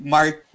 Mark